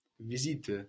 Visite